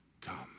come